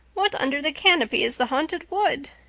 what under the canopy is the haunted wood?